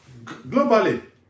globally